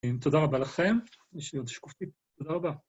תודה רבה לכם. יש לי עוד שקופית. תודה רבה.